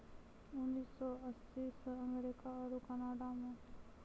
उन्नीस सौ अस्सी से अमेरिका आरु कनाडा मे